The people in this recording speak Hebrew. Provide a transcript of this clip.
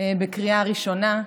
בקריאה ראשונה,